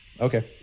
Okay